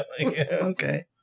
Okay